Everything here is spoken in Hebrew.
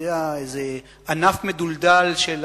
איזה ענף מדולדל של אמריקה,